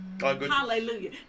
Hallelujah